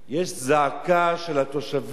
יש זעקה של התושבים